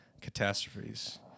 catastrophes